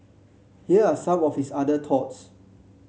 here are some of his other thoughts